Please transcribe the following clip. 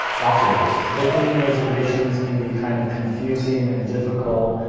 lots of rules. booking and reservations can be kind of confusing and difficult,